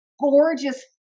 gorgeous